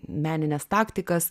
menines taktikas